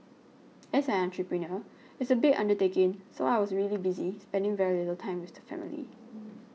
as an entrepreneur it's a big undertaking so I was really busy spending very little time with the family